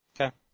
Okay